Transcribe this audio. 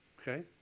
Okay